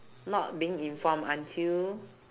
not being informed until